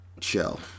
Chill